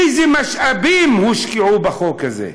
איזה משאבים הושקעו בחוק הזה,